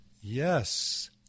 Yes